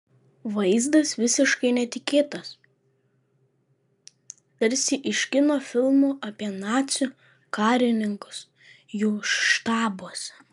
vaizdas visiškai netikėtas tarsi iš kino filmų apie nacių karininkus jų štabuose